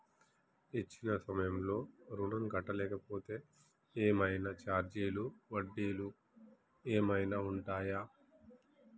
ఇచ్చిన సమయంలో ఋణం కట్టలేకపోతే ఏమైనా ఛార్జీలు వడ్డీలు ఏమైనా ఉంటయా?